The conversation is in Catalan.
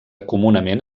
comunament